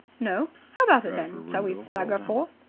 no. how about it, then? shall we stagger forth?